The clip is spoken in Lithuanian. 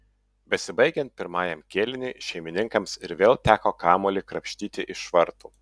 besibaigiant pirmajam kėliniui šeimininkams ir vėl teko kamuolį krapštyti iš vartų